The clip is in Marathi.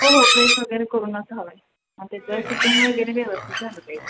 हो हो प्रेस वगैरे करूनच हवा आहे मग त्याचं जर फिटिंग वगैरे व्यवस्थित झालं पाहिजे